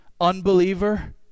Unbeliever